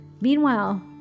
Meanwhile